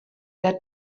der